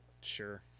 Sure